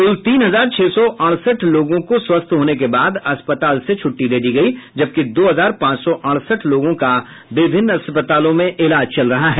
कुल तीन हजार छह सौ अड़सठ लोगों को स्वस्थ होने के बाद अस्पताल से छुट्टी दे दी गई जबकि दो हजार पांच सौ अड़सठ लोगों का विभिन्न अस्पतालों में इलाज चल रहा है